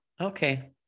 Okay